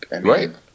right